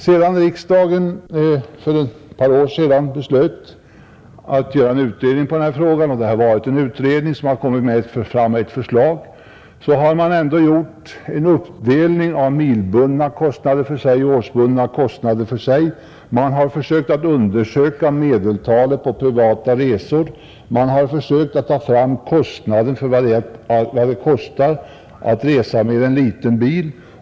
Sedan riksdagen för ett par år sedan fattade beslut om en utredning i denna fråga — en utredning har också tillsatts och lagt fram förslag — har man gjort en uppdelning på milbundna kostnader och årsbundna kostnader, Man har försökt undersöka medeltalet körda mil privat och vidare kostnaden för resa med en liten bil.